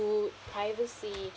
food privacy